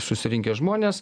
susirinkę žmonės